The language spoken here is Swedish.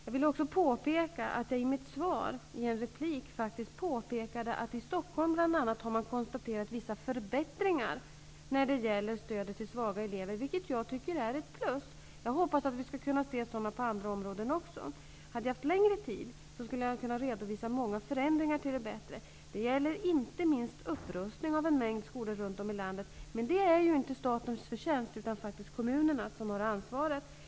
Jag vill också påpeka att jag i en replik faktiskt framhöll att man i Stockholm har konstaterat vissa förbättringar i stödet till svaga elever, vilket jag tycker är ett plus. Jag hoppas att vi skall kunna se sådana också på andra områden. Hade jag haft längre tid till förfogande, skulle jag ha kunnat redovisa många förändringar till det bättre. Det gäller inte minst upprustning av en mängd skolor runt om i landet. Men det är inte statens förtjänst, utan det är kommunerna som har ansvaret för detta.